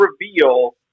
reveal